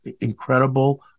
incredible